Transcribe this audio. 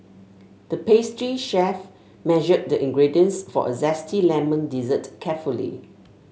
the pastry chef measured the ingredients for a zesty lemon dessert carefully